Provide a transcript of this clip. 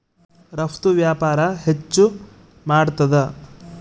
ರಫ್ತು ವ್ಯಾಪಾರ ಹೆಚ್ಚು ಮಾಡ್ತಾದ